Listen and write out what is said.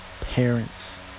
Parents